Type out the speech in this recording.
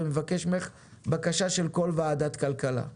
ומבקש ממך בקשה מכל ועדת הכלכלה,